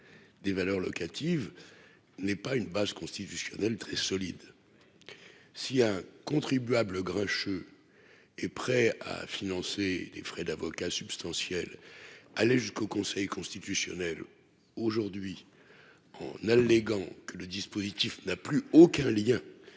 des valeurs locatives n'est pas une base constitutionnelle très solide, si un contribuable grincheux est prêt à financer les frais d'avocat substantiel, aller jusqu'au Conseil constitutionnel aujourd'hui en alléguant que le dispositif n'a plus aucun lien